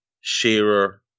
Shearer